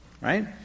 right